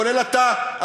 כולל אתה,